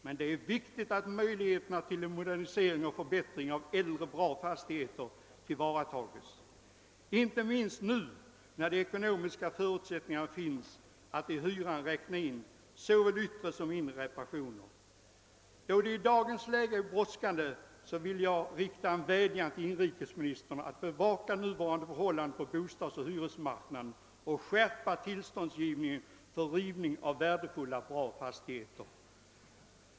Men det är viktigt att möjligheterna till modernisering och förbättring av äldre bra fastigheter tillvaratas, inte minst nu, när ekonomiska förutsättningar finns att i hyran räkna in såväl yttre som inre reparationer. Då detta i dagens läge är brådskande vill jag rikta en vädjan till inrikesministern att bevaka nuvarande förhållanden på bostadsoch hyresmarknaden och skärpa tillståndsgivningen för rivning av värdefulla, bra fastigheter.